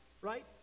right